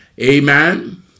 amen